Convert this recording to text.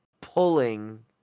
pulling